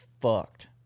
fucked